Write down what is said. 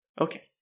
Okay